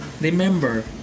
remember